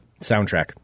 soundtrack